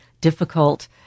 difficult